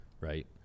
Right